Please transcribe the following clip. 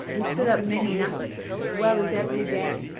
we sit up many nights, as well as every day,